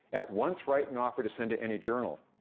at once write and offer to send to any journal.